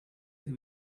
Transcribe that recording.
that